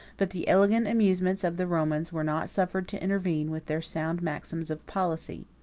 but the elegant amusements of the romans were not suffered to interfere with their sound maxims of policy.